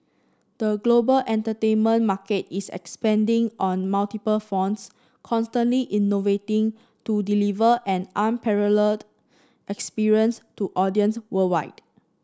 the global entertainment market is expanding on multiple fronts constantly innovating to deliver an unparalleled experience to audiences worldwide